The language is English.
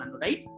right